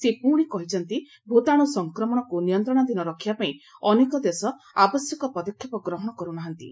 ସେ ପୁଣି କହିଛନ୍ତି ଭୂତାଣୁ ସଂକ୍ରମଣକୁ ନିୟନ୍ତ୍ରଣାଧୀନ ରଖିବାପାଇଁ ଅନେକ ଦେଶ ଆବଶ୍ୟକ ପଦକ୍ଷେପ ଗ୍ରହଣ କର୍ ନାହାନ୍ତି